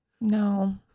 No